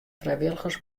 frijwilligers